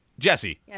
Jesse